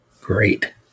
Great